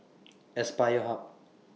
Aspire Hub